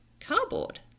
cardboard